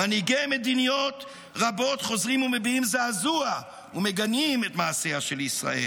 מנהיגי מדינות רבות חוזרים ומביעים זעזוע ומגנים את מעשיה של ישראל.